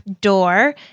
Door